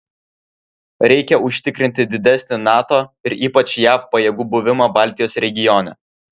reikia užtikrinti didesnį nato ir ypač jav pajėgų buvimą baltijos regione